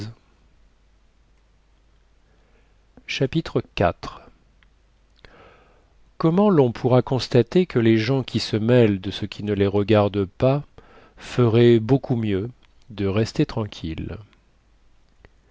chapitre iv comment lon pourra constater que les gens qui se mêlent de ce qui ne les regarde pas feraient beaucoup mieux de rester tranquilles